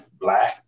black